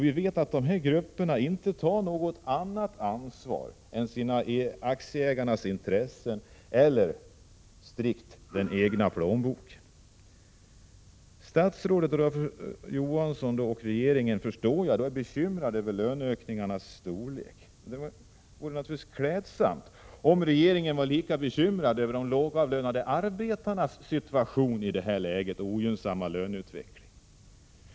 Vi vet att dessa grupper inte tar något annat ansvar än för aktieägarnas intressen och för den egna plånboken. Jag förstår att statsrådet Johansson och regeringen är bekymrade över löneökningarnas storlek. Det vore naturligtvis klädsamt om regeringen var lika bekymrad över de lågavlönade arbetarnas ogynnsamma löneutveckling.